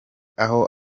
aho